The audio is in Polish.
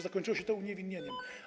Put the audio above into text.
Zakończyło się to uniewinnieniem.